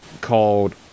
called